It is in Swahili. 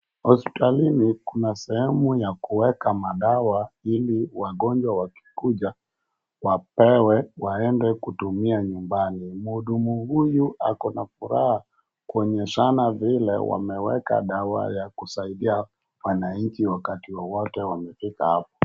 Hospitalini kuna sehemu ya kueka madawa ili wagonjwa wakikuja wapewe. Waende kutumia nyumbani. Mhudumu huyu ako na furaha kuonyeshana vile wameweka dawa ya kusaidia wananchi wakati wowote wamefika hapo.